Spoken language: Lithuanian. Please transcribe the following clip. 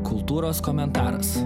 kultūros komentaras